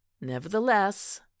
nevertheless